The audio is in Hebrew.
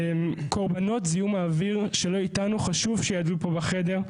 קורבנות זיהום האוויר שלא איתנו חשוב שיהדהדו פה בחדר.